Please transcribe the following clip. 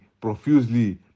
profusely